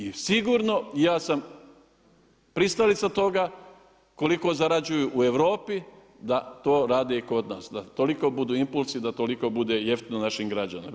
I sigurno ja sam pristalica toga koliko zarađuju u Europi da to rade i kod nas, da toliko budu impulsi, da toliko bude jeftino našim građanima.